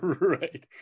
right